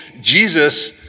Jesus